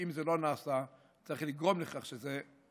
אם זה לא נעשה, צריך לגרום לכך שזה ייעשה.